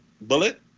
bullet